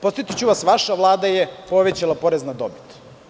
Podsetiću vas, vaša Vlada je povećala porez na dobit.